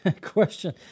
question